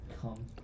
Come